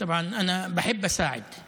תהיה חרוץ, תתאמץ.